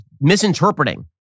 misinterpreting